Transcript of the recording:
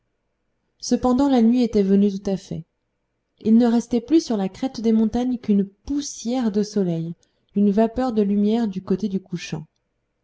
cependant la nuit était venue tout à fait il ne restait plus sur la crête des montagnes qu'une poussière de soleil une vapeur de lumière du côté du couchant